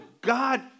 God